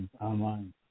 online